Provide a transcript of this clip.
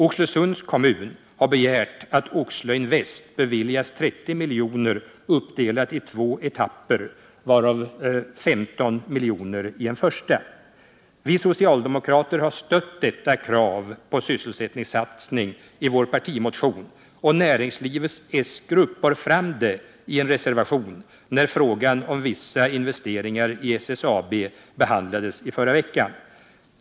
Oxelösunds kommun har begärt att Oxelöinvest skall beviljas 30 miljoner, uppdelat i två etapper, varav 15 miljoner i den första. Vi socialdemokrater har stött detta krav på sysselsättningssatsning i vår partimotion, och näringsutskottets s-grupp bar fram det i en reservation när frågan om vissa investeringar i SSAB behandlades i förra veckan.